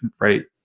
right